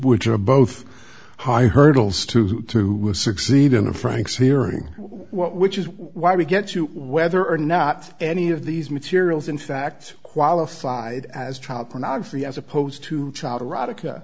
which are both high hurdles to do to succeed in a frank's hearing which is why we get to whether or not any of these materials in fact qualified as child pornography as opposed to child